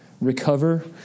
recover